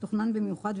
(4) תוכנן במיוחד,